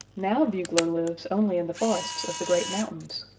now bugler lives only in the forests of the great mountains.